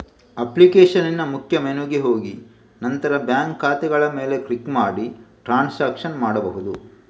ಅಪ್ಲಿಕೇಶನಿನ ಮುಖ್ಯ ಮೆನುಗೆ ಹೋಗಿ ನಂತರ ಬ್ಯಾಂಕ್ ಖಾತೆಗಳ ಮೇಲೆ ಕ್ಲಿಕ್ ಮಾಡಿ ಟ್ರಾನ್ಸಾಕ್ಷನ್ ಮಾಡ್ಬಹುದು